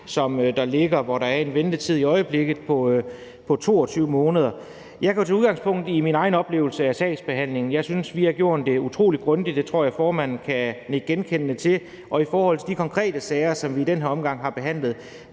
hvor der i øjeblikket er en ventetid på 22 måneder. Jeg kan jo tage udgangspunkt i min egen oplevelse af sagsbehandlingen. Jeg synes, vi har gjort det utrolig grundigt – det tror jeg at formanden kan nikke genkendende til. Og i forhold til de konkrete sager, som vi i den her omgang har behandlet,